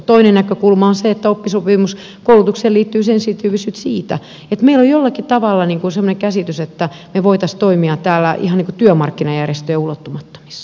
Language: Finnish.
toinen näkökulma on se että oppisopimuskoulutukseen liittyy sensitiivisyyttä siitä että meillä on jollakin tavalla sellainen käsitys että me voisimme toimia täällä ihan niin kuin työmarkkinajärjestöjen ulottumattomissa